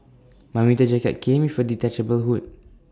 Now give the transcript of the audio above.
my winter jacket came with A detachable hood